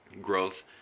Growth